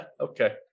Okay